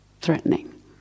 threatening